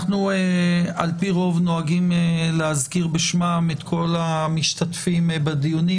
אנחנו על פי רוב נוהגים להזכיר בשמם את כל המשתתפים בדיונים,